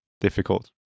difficult